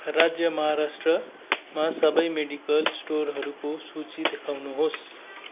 राज्य माहाराष्ट्रमा सबै मेडिकल स्टोरहरूको सूची देखाउनुहोस्